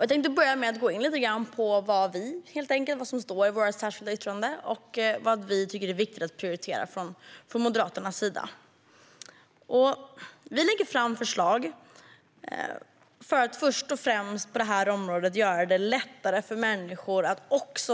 Jag tänkte börja med att gå in på vad som står i vårt särskilda yttrande och vad vi från Moderaternas sida tycker är viktigt att prioritera. Vi lägger fram förslag på det här området först och främst för att göra det lättare för människor att